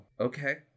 okay